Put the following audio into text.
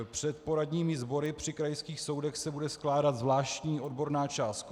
Před poradními sbory při krajských soudech se bude skládat zvláštní odborná část zkoušky.